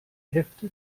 hefte